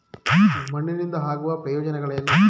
ಮಣ್ಣಿನಿಂದ ಆಗುವ ಪ್ರಯೋಜನಗಳೇನು?